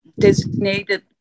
designated